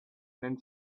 then